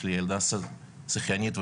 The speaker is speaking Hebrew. ילדה שחיינית,